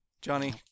Johnny